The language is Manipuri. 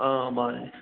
ꯃꯥꯟꯅꯦ